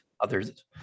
others